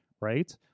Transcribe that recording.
right